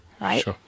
right